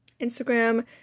Instagram